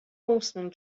horseman